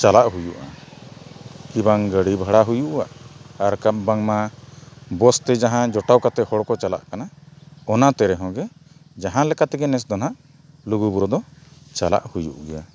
ᱪᱟᱞᱟᱜ ᱦᱩᱭᱩᱜᱼᱟ ᱠᱤ ᱵᱟᱝ ᱜᱟᱹᱰᱤ ᱵᱷᱟᱲᱟ ᱦᱩᱭᱩᱜᱼᱟ ᱟᱨ ᱠᱷᱟᱱ ᱵᱟᱝᱢᱟ ᱵᱟᱥᱛᱮ ᱡᱟᱦᱟᱸ ᱡᱚᱴᱟᱣ ᱠᱟᱛᱮᱫ ᱦᱚᱲᱠᱚ ᱪᱟᱞᱟᱜ ᱠᱟᱱᱟ ᱚᱱᱟᱛᱮ ᱨᱮᱦᱚᱸᱜᱮ ᱡᱟᱦᱟᱸ ᱞᱮᱠᱟ ᱛᱮᱜᱮ ᱱᱮᱥ ᱫᱚ ᱱᱟᱜ ᱞᱩᱜᱩᱵᱩᱨᱩ ᱫᱚ ᱪᱟᱞᱟᱜ ᱦᱩᱭᱩᱜ ᱜᱮᱭᱟ